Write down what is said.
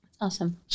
Awesome